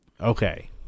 okay